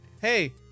hey